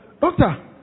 Doctor